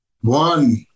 One